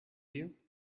you